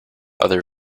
other